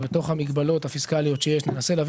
ובתוך המגבלות הפיסקליות שיש ננסה להביא